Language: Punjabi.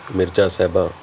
ਮਿਰਜ਼ਾ ਸਾਹਿਬਾ